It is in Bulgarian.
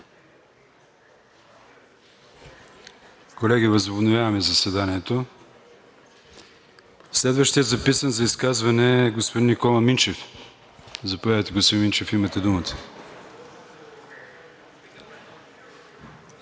Колеги, възобновяваме заседанието. Следващият записан за изказване е господин Никола Минчев. Заповядайте, господин Минчев.